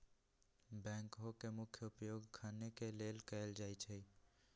backhoe के मुख्य उपयोग खने के लेल कयल जाइ छइ